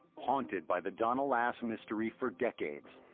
haunted by the donna lass mystery for decades,